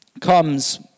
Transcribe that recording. comes